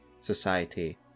society